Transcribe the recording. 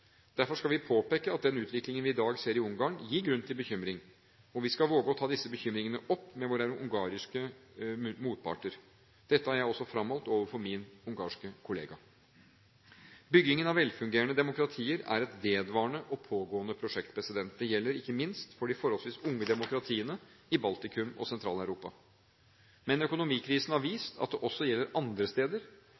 Derfor skal vi påpeke at den utviklingen vi i dag ser i Ungarn, gir grunn til bekymring, og vi skal våge å ta disse bekymringene opp med våre ungarske motparter. Dette har jeg også fremholdt overfor min ungarske kollega. Byggingen av velfungerende demokratier er et vedvarende og pågående prosjekt. Det gjelder ikke minst for de forholdsvis unge demokratiene i Baltikum og Sentral-Europa. Men økonomikrisen har